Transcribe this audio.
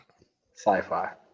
Sci-Fi